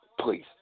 Please